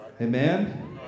Amen